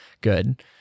good